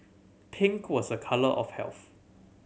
pink was a colour of health